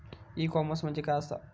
E commerce म्हणजे काय असा?